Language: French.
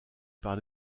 par